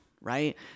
right